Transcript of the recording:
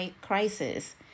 crisis